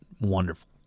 wonderful